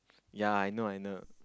yea I know I know